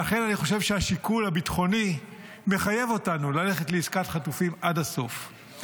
לכן אני חושב שהשיקול הביטחוני מחייב אותנו ללכת לעסקת חטופים עד הסוף.